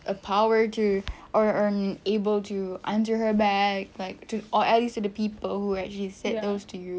a power to or or able to answer her back like to or at least to the people who actually said those to you